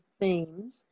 themes